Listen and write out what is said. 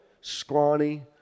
scrawny